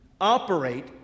operate